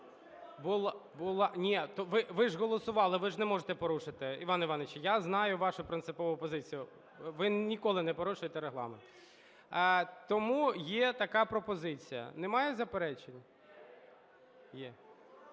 Була… Ні, ви ж голосували, ви ж не можете порушити. Іван Іванович, я знаю вашу принципову позицію, ви ніколи не порушуєте Регламент. Тому є така пропозиція. Немає заперечень?